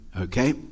Okay